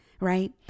right